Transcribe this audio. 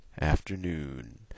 Afternoon